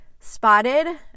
spotted